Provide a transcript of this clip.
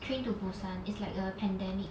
train to busan is like a pandemic